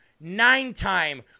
Nine-time